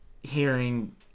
hearing